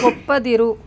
ಒಪ್ಪದಿರು